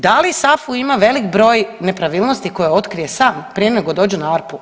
Da li SAFU ima velik broj nepravilnosti koje otkrije sam prije nego dođe na ARPU?